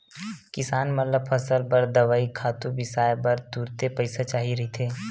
किसान मन ल फसल बर दवई, खातू बिसाए बर तुरते पइसा चाही रहिथे